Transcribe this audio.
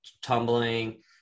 tumbling